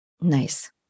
Nice